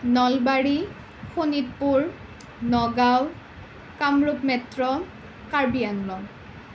Nalbari Sonitpur Nagaon Kamrup metro Karbi Anglong